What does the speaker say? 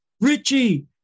Richie